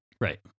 Right